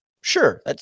Sure